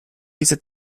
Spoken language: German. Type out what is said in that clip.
diese